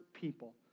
people